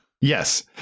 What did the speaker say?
Yes